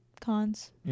cons